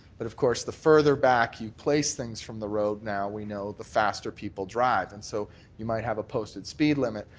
but, of course, the further back you place things from the road now we know the faster people drive. and so you might have a posted speed limit,